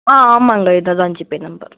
ஆ ஆமாங்க இதேதான் GPay number